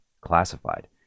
classified